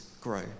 grow